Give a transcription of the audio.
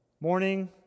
morning